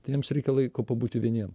tai jiems reikia laiko pabūti vieniem